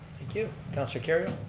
thank you, counselor kerrio.